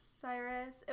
Cyrus